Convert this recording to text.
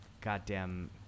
goddamn